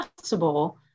possible